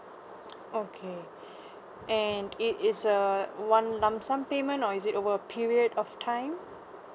okay and it is a one lump sum payment or is it over a period of time